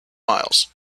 miles